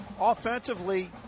Offensively